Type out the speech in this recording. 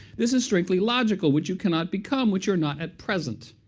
this is strictly logical, which you cannot become, which you're not at present.